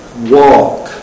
walk